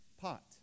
pot